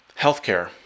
Healthcare